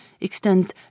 extends